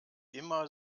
immer